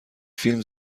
فیلم